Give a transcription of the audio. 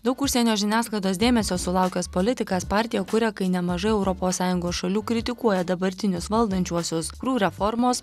daug užsienio žiniasklaidos dėmesio sulaukęs politikas partiją kuria kai nemažai europos sąjungos šalių kritikuoja dabartinius valdančiuosius kurių reformos